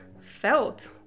felt